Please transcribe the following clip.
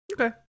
Okay